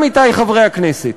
עמיתי חברי הכנסת,